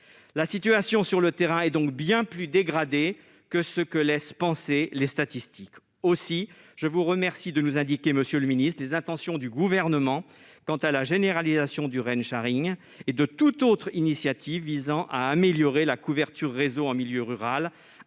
la situation sur le terrain et donc bien plus dégradée que ce que laissent penser les statistiques aussi, je vous remercie de nous indiquer, Monsieur le Ministre, les intentions du gouvernement quant à la généralisation du sharing et de toute autre initiative visant à améliorer la couverture réseau en milieu rural,